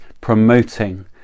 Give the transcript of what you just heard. promoting